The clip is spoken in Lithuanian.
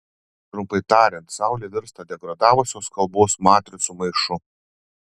trumpai tariant saulė virsta degradavusios kalbos matricų maišu